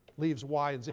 leaves y and z.